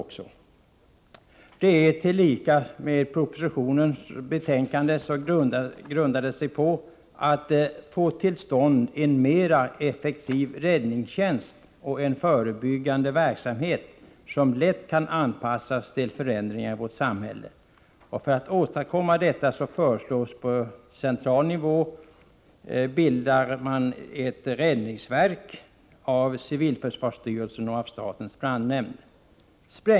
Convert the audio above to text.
Detta betänkande, liksom propositionen, grundar sig på att man skall få till stånd en mer effektiv räddningstjänst och en förebyggande verksamhet som lätt kan anpassas till förändringar i vårt samhälle. För att åstadkomma detta föreslås att man på central nivå bildar ett räddningsverk av civilförsvarsstyrelsen och statens brandnämnd.